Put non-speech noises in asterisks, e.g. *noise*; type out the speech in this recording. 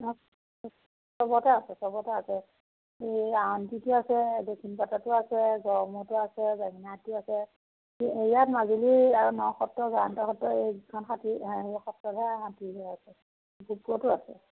চবতে আছে চবতে আছে এই আউনীআটীতো আছে দক্ষিণপাটতো আছে গড়মূৰতো আছে বেঙেনাআটীত আছে এইয়াত মাজুলী আৰু নসত্ৰত *unintelligible* সত্ৰত এইকেইখন হাতী সত্ৰহে হাতী *unintelligible* আছিল *unintelligible* আছে